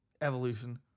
evolution